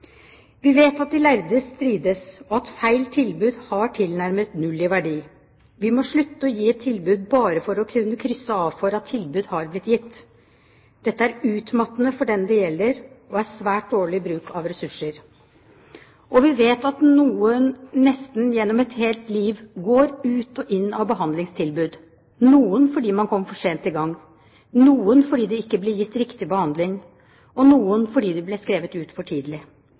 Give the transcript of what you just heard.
Vi vet at de lærde strides, og at feil tilbud har tilnærmet null verdi. Vi må slutte å gi et tilbud bare for å kunne krysse av for at tilbud har blitt gitt. Dette er utmattende for den det gjelder, og er svært dårlig bruk av ressurser. Og vi vet at noen nesten gjennom et helt liv går ut og inn av behandlingstilbud – noen fordi man kommer for sent i gang, noen fordi det ikke ble gitt riktig behandling, og noen fordi de ble skrevet ut for tidlig.